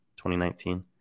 2019